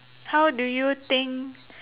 how do you think